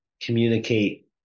communicate